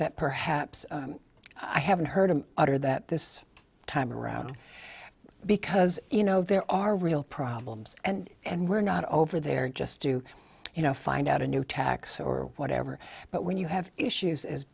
that perhaps i haven't heard him utter that this time around because you know there are real problems and and we're not over there just to you know find out a new tax or whatever but when you have issues as